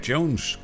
Jones